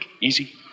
easy